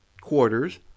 quarters